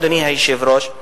אדוני היושב-ראש,